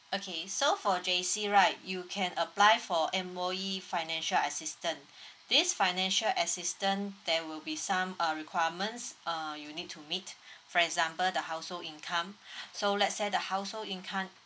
okay so for J_C right you can apply for M_O_E financial assistant this financial assistant there will be some uh requirements uh you'll need to meet for example the household income so let's say the household income